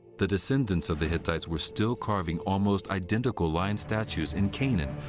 the descendants of the hittites were still carving almost identical lion statues in canaan,